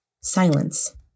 silence